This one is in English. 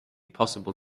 possible